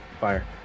Fire